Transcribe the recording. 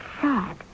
sad